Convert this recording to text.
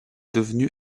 devenu